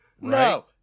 No